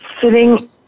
sitting